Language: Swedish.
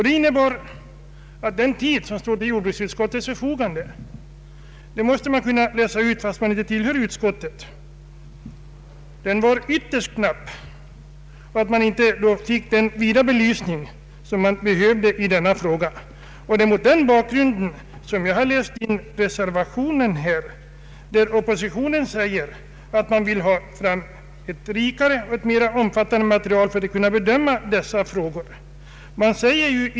Det innebar att den tid som stod till jordbruksutskottets förfogande — detta måste man kunna läsa ut ur utlåtandet, fastän man inte tillhör utskottet — var ytterst knapp och att ärendet därför icke fick den vida belysning som är önskvärd i denna fråga. I reservationen framhåller oppositionen att den vill ha fram ett rikare och mera omfattande material för att kunna bedöma dessa frågor.